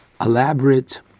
elaborate